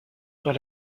but